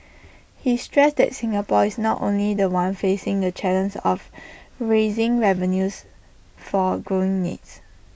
he stressed that Singapore is not only The One facing the char length of raising revenues for growing needs